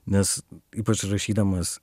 nes ypač rašydamas